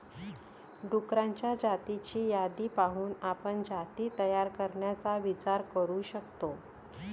डुक्करांच्या जातींची यादी पाहून आपण जाती तयार करण्याचा विचार करू शकतो